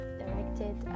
directed